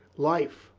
life.